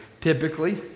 typically